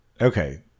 okay